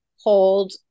hold